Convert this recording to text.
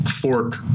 fork